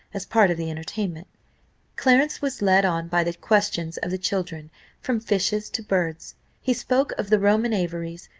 as part of the entertainment clarence was led on by the questions of the children from fishes to birds he spoke of the roman aviaries,